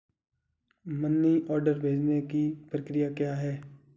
Money order भेजने की प्रक्रिया क्या है?